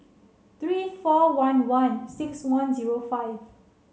three four one one six one zero five